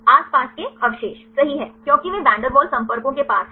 आसपास के अवशेष सही हैं क्योंकि वे वैन डेर वाल्स संपर्कों के पास हैं